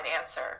answer